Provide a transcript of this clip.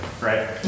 right